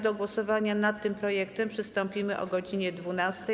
Do głosowania nad tym projektem przystąpimy o godz. 12.